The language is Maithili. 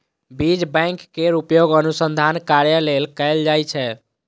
बीज बैंक केर उपयोग अनुसंधान कार्य लेल कैल जाइ छै